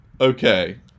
Okay